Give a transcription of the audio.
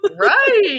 Right